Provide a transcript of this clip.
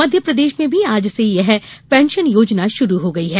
मध्यप्रदेश में भी आज से यह पेंशन योजना शुरू हो गई है